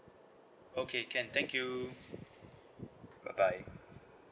okay can thank you bye bye